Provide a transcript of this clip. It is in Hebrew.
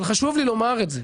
אבל חשוב לי לומר את זה,